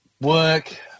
Work